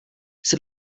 jsi